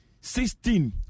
sixteen